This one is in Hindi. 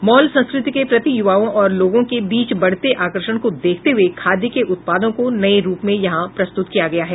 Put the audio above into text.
मॉल संस्कृति के प्रति युवाओं और लोगों के बीच बढ़ते आकर्षण को देखते हुए खादी के उत्पादों को नये रुप में यहां प्रस्तुत किया गया है